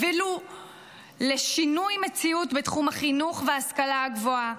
הובילו לשינוי מציאות בתחום החינוך וההשכלה הגבוהה,